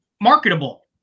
marketable